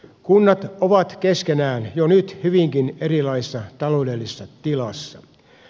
kunnat ovat keskenään jo nyt hyvinkin erilaisessa taloudellisessa tilassa